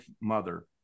Mother